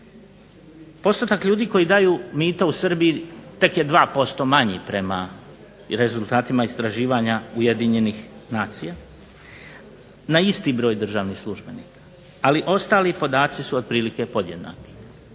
Postotak ljudi koji daju mito u Srbiji tek je 2% manji prema rezultatima istraživanja Ujedinjenih nacija na isti broj službenika ali ostali podaci su otprilike podjednaki.